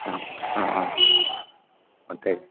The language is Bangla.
হ্যাঁ হ্যাঁ হ্যাঁ ওটাই